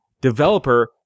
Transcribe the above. developer